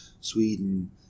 sweden